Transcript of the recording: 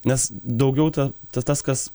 nes daugiau ta ta tas kas